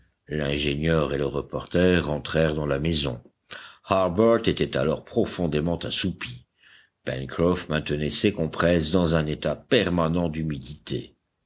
l'ingénieur et le reporter rentrèrent dans la maison harbert était alors profondément assoupi pencroff maintenait ses compresses dans un état permanent d'humidité